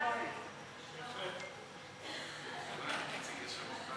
מיסוי מקרקעין (שבח ורכישה) (תיקון מס'